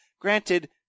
Granted